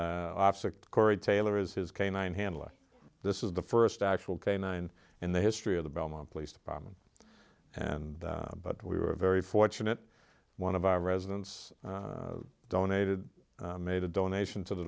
corey taylor is his canine handler this is the first actual canine in the history of the belmont police department and but we were very fortunate one of our residents donated made a donation to the